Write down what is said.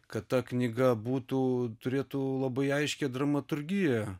kad ta knyga būtų turėtų labai aiškią dramaturgiją